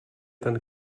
ten